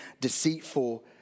deceitful